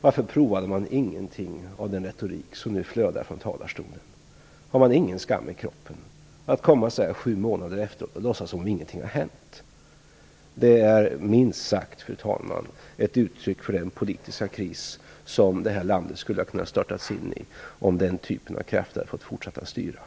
Varför provade man ingenting av den retorik som nu flödar från talarstolen? Har man ingen skam i kroppen? Man låtsas som om ingenting har hänt sju månader efteråt. Det är minst sagt, fru talman, ett uttryck för den politiska kris som detta land skulle ha kunnat störtas in i om den typen av krafter hade fått fortsätta att styra.